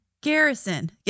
Garrison